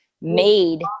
made